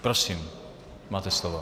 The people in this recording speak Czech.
Prosím, máte slovo.